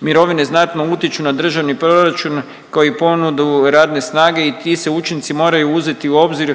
Mirovine znatno utječu na državni proračun koji ponudu radne snage i ti se učinci moraju uzeti u obzir